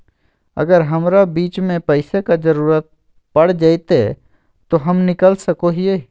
अगर हमरा बीच में पैसे का जरूरत पड़ जयते तो हम निकल सको हीये